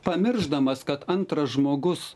pamiršdamas kad antras žmogus